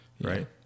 right